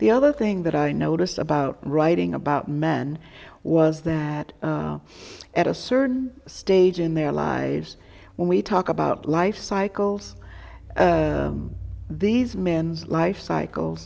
the other thing that i noticed about writing about men was that at a certain stage in their lives when we talk about life cycles these men's life cycle